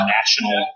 national